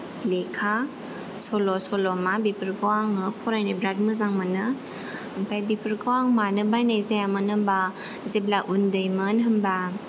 लेखा सल' सल'मा बेफोरखौ आङो फरायनो बिराद मोजां मोनो ओमफ्राय बिफोरखौ आं मानो बायनाय जायामोन होनबा जेब्ला उन्दै मोन होमबा